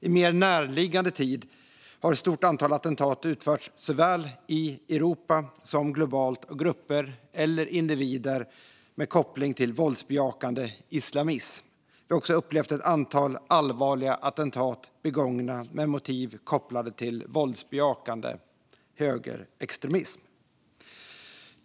I mer närliggande tid har ett stort antal attentat utförts i Europa och globalt av grupper eller individer med koppling till våldsbejakande islamism. Vi har också upplevt ett antal allvarliga attentat begångna med motiv kopplade till våldsbejakande högerextremism.